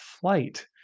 flight